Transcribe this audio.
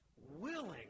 Willing